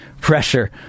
pressure